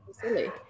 silly